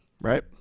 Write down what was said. right